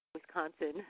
Wisconsin